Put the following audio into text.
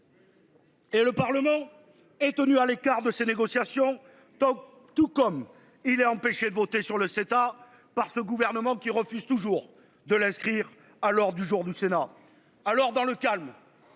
Et le Parlement est tenu à l'écart de ces négociations top tout comme il est empêché de voter sur le CETA par ce gouvernement, qui refuse toujours de l'inscrire à l'heure du jour du Sénat. Alors dans le calme.